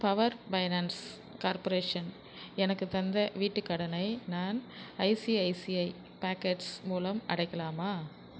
power Finance Corporation எனக்குத் தந்த வீட்டுக் கடனை நான் ஐசிஐசிஐ பாக்கெட்ஸ் மூலம் அடைக்கலாமா